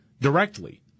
directly